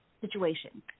situation